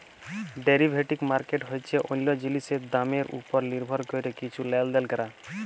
derivative market হছে অল্য জিলিসের দামের উপর লির্ভর ক্যরে কিছু লেলদেল ক্যরা